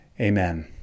amen